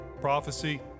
prophecy